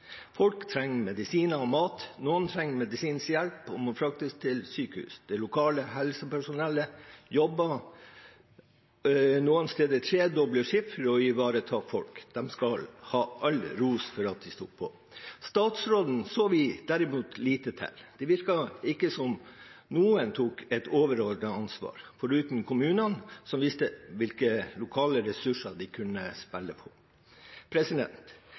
Folk trenger medisiner og mat. Noen trenger medisinsk hjelp og må fraktes til sykehus. Det lokale helsepersonellet jobbet noen steder tredoble skift for å ivareta folk. De skal ha all ros for at de sto på. Statsråden så vi derimot lite til. Det virket ikke som noen tok et overordnet ansvar – foruten kommunene, som visste hvilke lokale ressurser de kunne